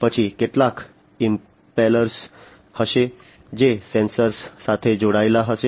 પછી કેટલાક ઇમ્પેલર્સ હશે જે સેન્સર્સ સાથે જોડાયેલા હશે